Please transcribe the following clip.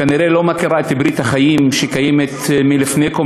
וכנראה לא מכירה את ברית החיים שקיימת מלפני קום